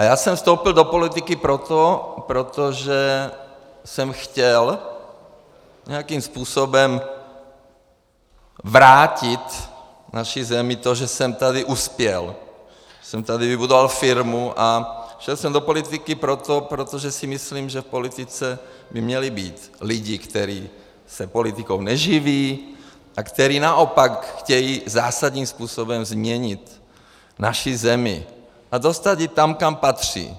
Já jsem vstoupil do politiky proto, protože jsem chtěl nějakým způsobem vrátit naší zemi to, že jsem tady uspěl, že jsem tady vybudoval firmu, a šel jsem do politiky proto, protože si myslím, že v politice by měli být lidi, kteří se politikou neživí a kteří naopak chtějí zásadním způsobem změnit naši zemi a dostat ji tam, kam patří.